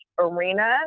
arena